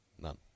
none